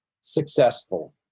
successful